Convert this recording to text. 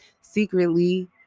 secretly